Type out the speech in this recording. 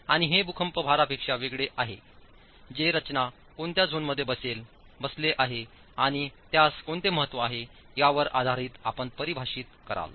आणि हे भूकंप भारापेक्षा वेगळे आहे जे रचना कोणत्या झोनमध्ये बसले आहे आणि त्यास कोणते महत्त्व आहे यावर आधारित आपण परिभाषित कराल